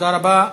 תודה רבה.